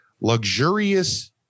luxurious